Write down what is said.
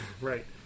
Right